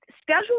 schedule